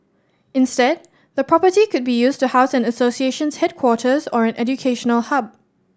instead the property could be used to house an association's headquarters or an educational hub